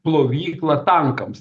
plovyklą tankams